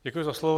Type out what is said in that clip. Děkuji za slovo.